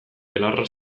belarra